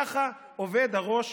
ככה עובד ראש